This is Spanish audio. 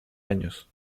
años